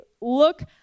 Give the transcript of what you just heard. look